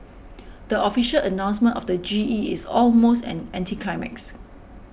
the official announcement of the G E is almost an anticlimax